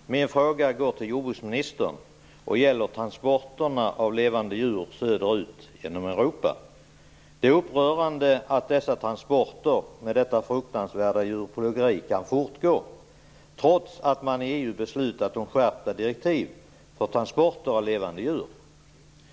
Fru talman! Min fråga går till jordbruksministern och gäller transporterna av levande djur söderut genom Europa. Det är upprörande att transporter med ett så fruktanvärt djurplågeri kan fortgå, trots att man i